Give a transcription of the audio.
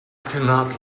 cannot